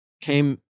came